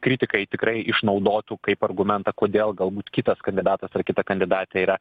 kritikai tikrai išnaudotų kaip argumentą kodėl galbūt kitas kandidatas ar kita kandidatė yra